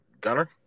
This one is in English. Gunner